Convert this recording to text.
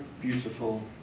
beautiful